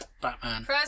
Batman